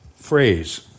phrase